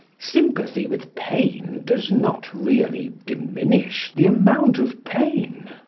sympathy with pain does not really diminish the amount of pain.